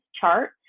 chart